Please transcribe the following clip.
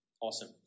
awesome